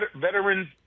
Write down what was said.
veterans